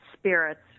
spirits